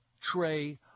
tray